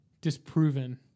disproven